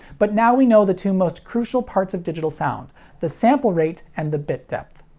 but now we know the two most crucial parts of digital sound the sample rate and the bit depth.